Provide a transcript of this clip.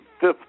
fifth